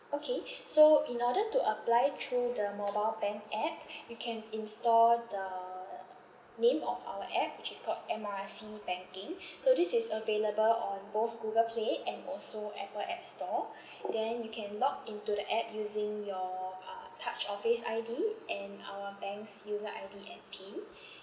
okay so in order to apply through the mobile bank app you can install the name of our app which is called M R C banking so this is available on both Google Play and also Apple app store then you can login to the app using your uh touch or face I_D and our bank's user I_D and PIN